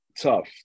tough